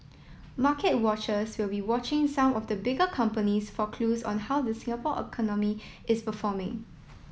market watchers will be watching some of the bigger companies for clues on how the Singapore economy is performing